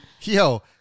yo